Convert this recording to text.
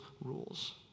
Rules